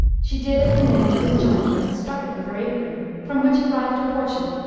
she did as the man had enjoined her, and struck it with her apron, from which it rived a portion,